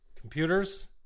computers